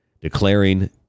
declaring